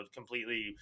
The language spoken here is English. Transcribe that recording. completely